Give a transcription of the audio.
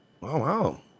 wow